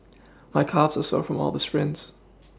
my calves are sore from all the sprints